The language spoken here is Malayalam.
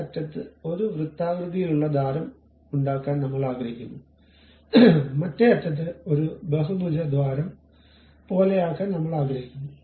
ഒരു അറ്റത്ത് ഒരു വൃത്താകൃതിയിലുള്ള ദ്വാരം ഉണ്ടാക്കാൻ നമ്മൾ ആഗ്രഹിക്കുന്നു മറ്റേ അറ്റത്ത് ഒരു ബഹുഭുജ ദ്വാരം പോലെയാക്കാൻ നമ്മൾ ആഗ്രഹിക്കുന്നു